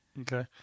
Okay